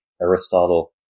Aristotle